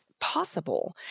possible